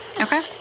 Okay